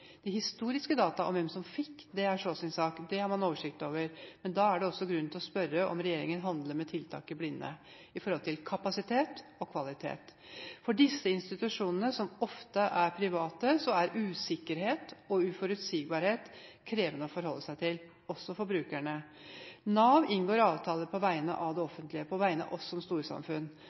De historiske dataene om hvem som fikk, er så sin sak, det har man oversikt over, men da er det grunn til å spørre om regjeringen handler med tiltak i blinde med hensyn til kapasitet og kvalitet. For disse institusjonene, som ofte er private, er usikkerhet og uforutsigbarhet krevende å forholde seg til – også for brukerne. Nav inngår avtaler på vegne av det offentlige, på vegne av oss som storsamfunn.